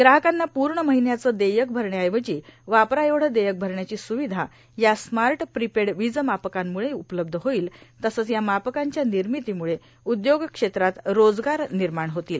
ग्राहकांना पूण र्माहन्याचं देयक भरण्याऐवजी वापराएवढं देयक भरण्याची र्स्रावधा या स्माट प्रीपेड वीजमापकांमुळे उपलब्ध होईल तसंच या मापकांच्या र्नामतीमुळे उदयोगक्षेत्रात रोजगार निमाण होतील